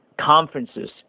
conferences